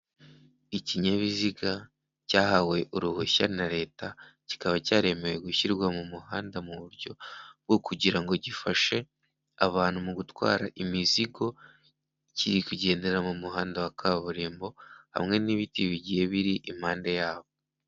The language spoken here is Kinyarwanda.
Ikinyabiziga cyahawe uruhushya na leta, kikaba cyaremewe gushyirwa mu muhanda muburyo bwo kugira ngo gifashe abantu mu gutwara imizigo, kiri kugendera mu muhanda wa kaburimbo, hamwe n'ibiti bigiye biri impande yabo.